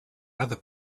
other